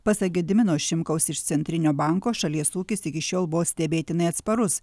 pasak gedimino šimkaus iš centrinio banko šalies ūkis iki šiol buvo stebėtinai atsparus